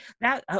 Now